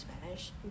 Spanish